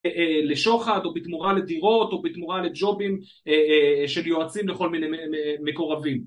לשוחד או בתמורה לדירות או בתמורה לג'ובים של יועצים לכל מיני מקורבים.